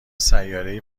سیارهای